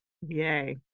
Yay